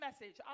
message